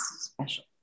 special